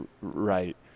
right